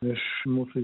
iš mūsų